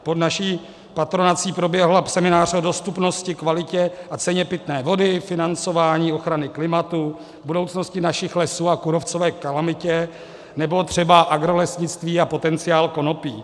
Pod naší patronací proběhl seminář o dostupnosti, kvalitě a ceně pitné vody, financování ochrany klimatu, budoucnosti našich lesů a kůrovcové kalamitě, nebo třeba agrolesnictví a potenciál konopí.